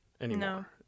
anymore